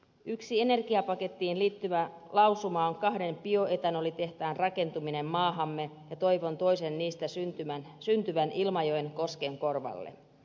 yksi energiapakettiin liittyvä lausuma on kahden bioetanolitehtaan rakentuminen maahamme ja toivon toisen niistä syntyvän ilmajoen koskenkorvalle